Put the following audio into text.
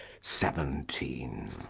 seventeen.